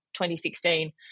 2016